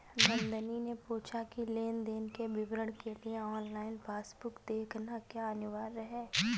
नंदनी ने पूछा की लेन देन के विवरण के लिए ऑनलाइन पासबुक देखना क्या अनिवार्य है?